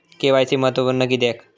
KYC महत्त्वपुर्ण किद्याक?